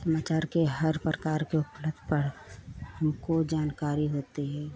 समाचार के हर प्रकार के मतलब पढ़ हमको जानकारी होती है